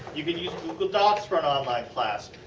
you can use google docs for an online class.